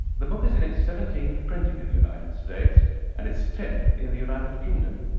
the book is in its seventeenth printing in the united states and its tenth in the united kingdom.